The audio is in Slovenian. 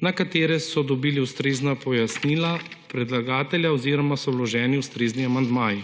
na katere so dobili ustrezna pojasnila predlagatelja oziroma so vloženi ustrezni amandmaji.